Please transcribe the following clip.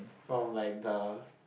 from like the